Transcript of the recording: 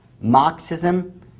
Marxism